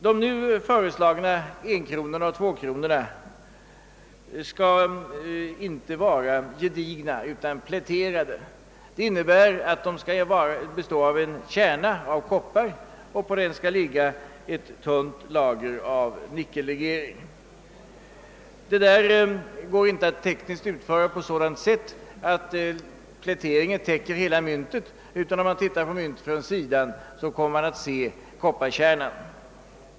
De nu föreslagna enkronorna och tvåkronorna skall inte vara gedigna utan pläterade. Det innebär att de skall bestå av en kopparkärna, på vilken skall ligga ett tunt lager av nickellegering. Det går inte att tekniskt utföra detta på sådant sätt att pläteringen täcker hela myntet utan om man tittar på myntet från sidan kommer man att se kopparkärnan.